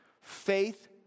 faith